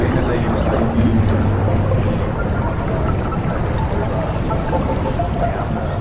ꯑꯩꯅ ꯂꯩꯔꯤꯕ ꯑꯩꯒꯤ ꯃꯅꯤꯄꯨꯔ ꯑꯁꯤ ꯌꯥꯝꯅ ꯗꯥꯏꯕꯔꯁ ꯑꯣꯏꯕ ꯀꯃ꯭ꯌꯨꯅꯤꯇꯤ ꯃꯌꯥꯝꯅ